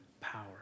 power